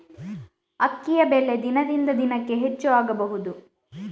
ಅಕ್ಕಿಯ ಬೆಲೆ ದಿನದಿಂದ ದಿನಕೆ ಹೆಚ್ಚು ಆಗಬಹುದು?